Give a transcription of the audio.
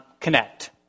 connect